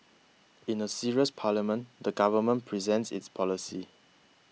in a serious parliament the government presents its policies